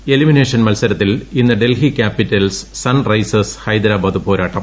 L elimination മത്സരത്തിൽ ഇന്ന് Delhi Capitals Sunrisers Hyderabad പോരാട്ടം